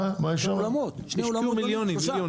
השקיעו שם מיליונים.